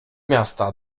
miasta